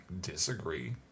disagree